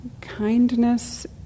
kindness